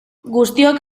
guztiok